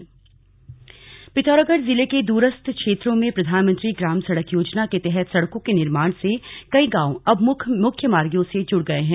PMGSY Pithoragarh जिले के द्रस्थ क्षेत्रों में प्रधानमंत्री ग्राम सड़क योजना के तहत सड़कों के निर्माण से कई गांव अब मुख्य मार्गो से जुड़ गये हैं